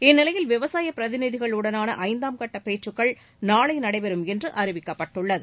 இந்நிலையில் விவசாய பிரதிநிதிகளுடனான ஐந்தாம் கட்ட பேச்சுக்கள் நாளை நடைபெறும் என்று அறிவிக்கப்பட்டுள்ளது